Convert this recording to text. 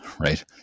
right